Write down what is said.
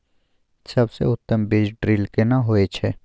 सबसे उत्तम बीज ड्रिल केना होए छै?